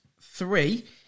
three